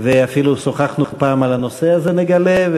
ואפילו שוחחנו פעם על הנושא הזה, נגלה.